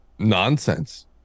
nonsense